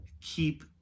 keep